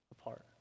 apart